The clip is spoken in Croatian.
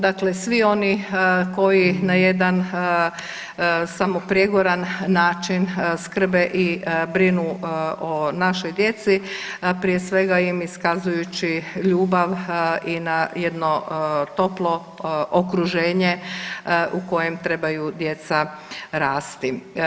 Dakle, svi oni koji na jedan samoprijegoran način skrbe i brinu o našoj djeci prije svega im iskazujući ljubav i na jedno toplo okruženje u kojem trebaju djeca rasti.